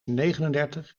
negenendertig